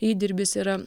įdirbis yra